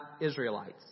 Israelites